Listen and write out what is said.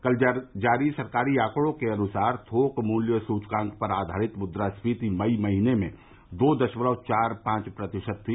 कल जारी सरकारी आंकड़ों के अनुसार थोक मूल्य सूचकांक पर आधारित मुद्रास्कीति मई महीने में दो दशमलव चार पांव प्रतिशत थी